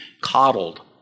coddled